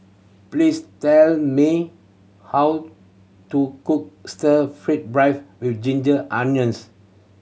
please tell me how to cook Stir Fry beef with ginger onions